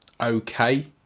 okay